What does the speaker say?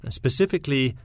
specifically